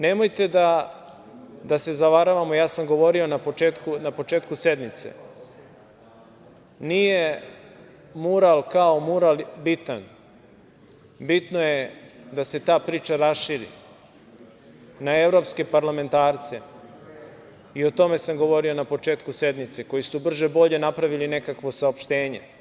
Nemojte da se zavaravamo, ja sam govorio na početku sednice, nije mural kao mural bitan, bitno je da se ta priča raširi na evropske parlamentarce i o tome sam govorio na početku sednice, koji su brže bolje napravili nekakvo saopštenje.